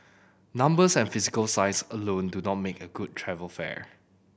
numbers and physical size alone do not make a good travel fair